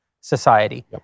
society